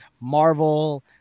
Marvel